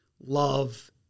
love